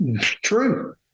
True